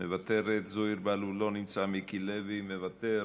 מוותרת, זוהיר בהלול, לא נמצא, מיקי לוי, מוותר,